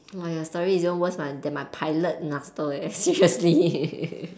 !wah! your story even worst my than my pilot master eh seriously